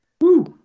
Woo